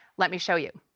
let me show you.